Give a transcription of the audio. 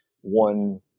one